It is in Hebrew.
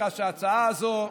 שההצעה הזו,